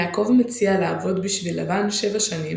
יעקב מציע לעבוד בשביל לבן שבע שנים